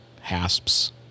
hasps